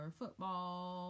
football